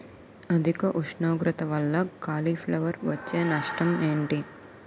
అధిక ఉష్ణోగ్రత వల్ల కాలీఫ్లవర్ వచ్చే నష్టం ఏంటి?